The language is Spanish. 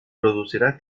producirá